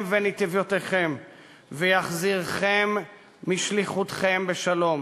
ונתיבותיכם ויחזירכם משליחותכם בשלום.